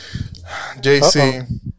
JC